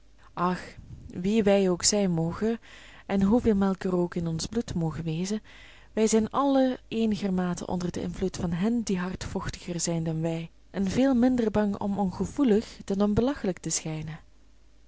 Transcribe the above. ach wie wij ook zijn mogen en hoeveel melk er ook in ons bloed moge wezen wij zijn allen eenigermate onder den invloed van hen die hardvochtiger zijn dan wij en veel minder bang om ongevoelig dan om belachelijk te schijnen